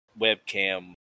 webcam